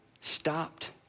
stopped